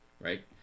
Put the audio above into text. right